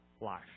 life